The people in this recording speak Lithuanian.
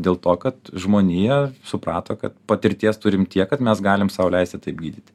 dėl to kad žmonija suprato kad patirties turime tiek kad mes galim sau leisti taip gydyti